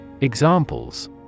Examples